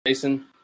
Jason